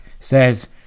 says